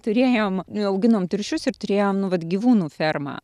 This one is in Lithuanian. turėjom auginom tirščius ir turėjom nu vat gyvūnų fermą